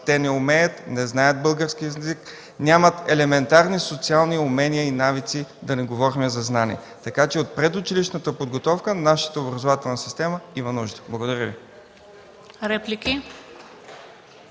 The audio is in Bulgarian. Те не умеят, не знаят български език, нямат елементарни социални умения и навици, да не говорим за знания. Така че от предучилищната подготовка нашата образователна система има нужда. Благодаря.